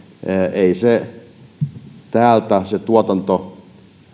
ei se kaikki tuotanto täältä